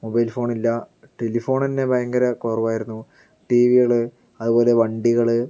mobile ഫോണില്ല telephone തന്നെ ഭയങ്കര കുറവായിരുന്നു ടീ വി കള് അതുപോലെ വണ്ടികള്